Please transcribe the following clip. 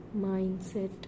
mindset